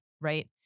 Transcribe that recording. right